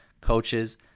coaches